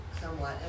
somewhat